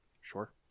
Sure